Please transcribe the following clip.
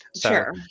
Sure